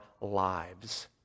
lives